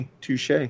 Touche